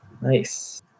Nice